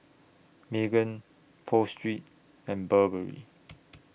Megan Pho Street and Burberry